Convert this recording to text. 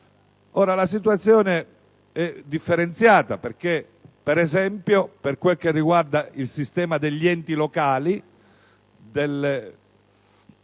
La situazione è differenziata perché, ad esempio, per quanto riguarda il sistema degli enti locali,